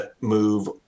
move